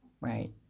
right